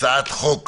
הצעת חוק